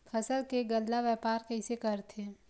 फसल के गल्ला व्यापार कइसे करथे?